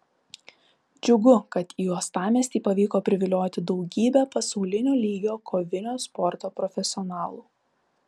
džiugu kad į uostamiestį pavyko privilioti daugybę pasaulinio lygio kovinio sporto profesionalų